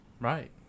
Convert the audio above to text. Right